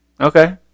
Okay